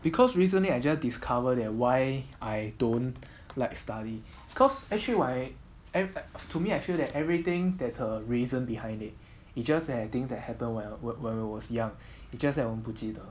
because recently I just discover that why I don't like study cause actually why am I to me I feel that everything that a reason behind it it just I think that happened were at work when we was young it's just that 我们不记得